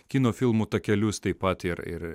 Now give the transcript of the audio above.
kino filmų takelius taip pat ir ir